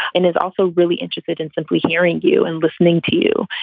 and is also really interested in simply hearing you and listening to you,